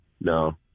no